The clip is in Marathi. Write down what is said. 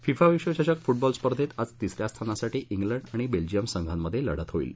फिफा विश्वचषक फूटबॉल स्पर्धेत आज तिसऱ्या स्थानासाठी उलंड आणि बेल्जियम संघात लढत होईल